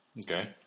Okay